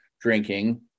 drinking